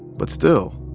but still,